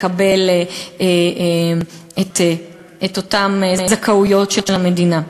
לקבל את אותן זכאויות של המדינה.